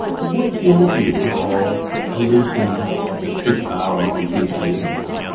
what's your view of a loosening up of the strict bar on on hearsay evidence?